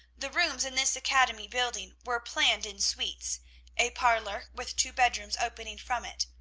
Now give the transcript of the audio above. the rooms in this academy building were planned in suites a parlor, with two bedrooms opening from it.